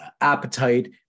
appetite